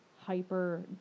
hyper